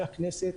חברי הכנסת,